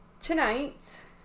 tonight